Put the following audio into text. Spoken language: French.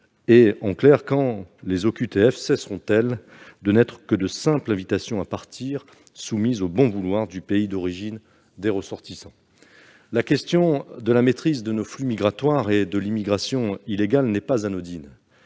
ou en Europe ? Quand les OQTF cesseront-elles de n'être que de simples « invitations à partir », soumises au bon vouloir du pays d'origine des ressortissants ? La question de la maîtrise de nos flux migratoires et de l'immigration illégale n'est pas anodine,